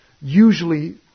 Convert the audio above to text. usually